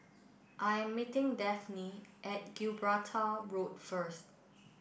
I am meeting Dafne at Gibraltar Road first